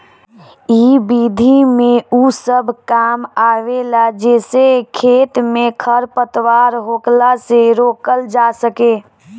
इ विधि में उ सब काम आवेला जेसे खेत में खरपतवार होखला से रोकल जा सके